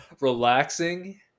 relaxing